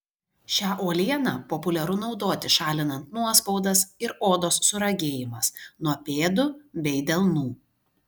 šią uolieną populiaru naudoti šalinant nuospaudas ir odos suragėjimas nuo pėdų bei delnų